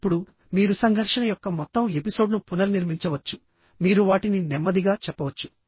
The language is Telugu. ఇప్పుడు మీరు సంఘర్షణ యొక్క మొత్తం ఎపిసోడ్ను పునర్నిర్మించవచ్చు మీరు వాటిని నెమ్మదిగా చెప్పవచ్చు